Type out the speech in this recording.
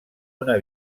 una